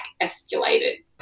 escalated